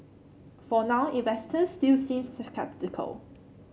for now investors still seem sceptical